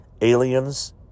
aliens